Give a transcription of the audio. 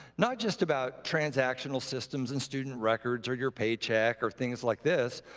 not just about transactional systems and student records or your paycheck or things like this,